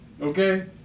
Okay